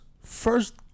first